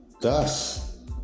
Thus